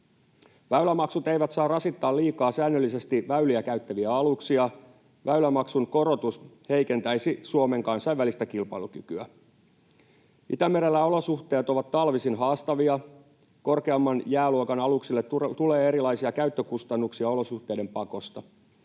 Väylämaksut eivät saa rasittaa liikaa säännöllisesti väyliä käyttäviä aluksia. Väylämaksun korotus heikentäisi Suomen kansainvälistä kilpailukykyä. Itämerellä olosuhteet ovat talvisin haastavia. Korkeamman jääluokan aluksille tulee erilaisia käyttökustannuksia olosuhteiden pakosta.